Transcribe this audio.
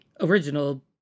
original